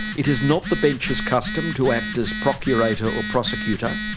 it is not the bench's custom to act as procurator or prosecutor,